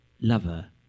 lover